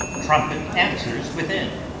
trumpet answers within.